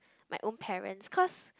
my own parents cause